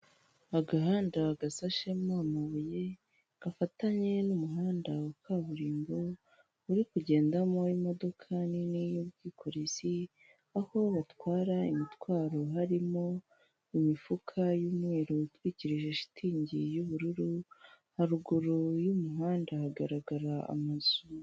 Agahanda gasashemo amabuye, gafatanye n'umuhanda wa kaburimbo, uri kugendamo imodoka nini y'ubwikorezi, aho batwara imitwaro harimo imifuka y'umweru itwikirije shitingi y'ubururu. Haruguru y'umuhanda hagaragara amazu.